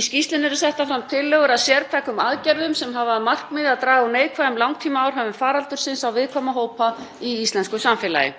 starfshópsins eru settar fram tillögur að sértækum aðgerðum sem hafa að markmiði að draga úr neikvæðum langtímaáhrifum faraldursins á viðkvæma hópa í íslensku samfélagi.“